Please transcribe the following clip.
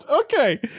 okay